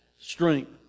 strength